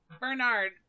Bernard